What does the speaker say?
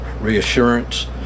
reassurance